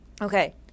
Okay